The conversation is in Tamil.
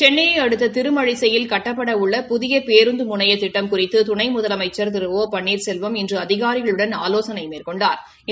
சென்னையை அடுத்த திருமழிசையில் கட்டப்பட உள்ள புாதிய பேருந்து முனைய திட்டம் குறித்து துணை முதலமைச்சா் திரு ஒ பன்னீா்செல்வம் இனறு அதிகரிகளுடன் ஆலோசனை மேற்கொண்டாா்